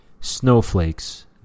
Snowflakes